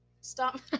Stop-